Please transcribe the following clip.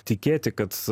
tikėti kad